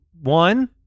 one